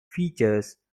features